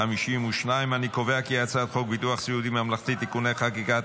52. אני קובע כי הצעת חוק ביטוח סיעוד ממלכתי (תיקוני חקיקה),